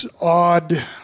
Odd